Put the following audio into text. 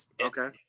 Okay